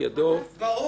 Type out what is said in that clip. מי נגד?